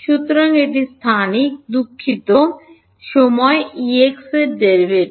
সুতরাং এটি স্থান সংক্রান্ত দুঃখিত সময় Ex এর ডেরাইভেটিভ